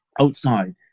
outside